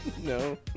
No